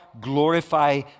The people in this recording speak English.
glorify